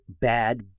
bad